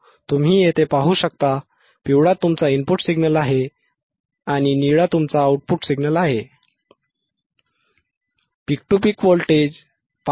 तुम्ही येथे पाहू शकता पिवळा तुमचा इनपुट सिग्नल आहे निळा तुमचा आउटपुट सिग्नल आहे पीक टू पीक व्होल्टेज 5